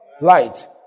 light